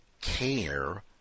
care